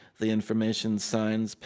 the information signs,